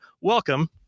welcome